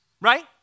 right